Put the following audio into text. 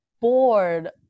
bored